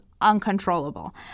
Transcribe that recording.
uncontrollable